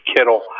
Kittle